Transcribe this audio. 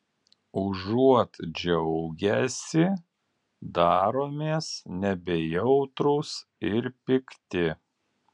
užuot džiaugęsi daromės nebejautrūs ir pikti